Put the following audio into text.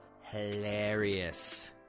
hilarious